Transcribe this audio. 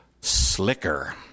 slicker